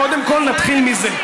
קודם כול נתחיל מזה.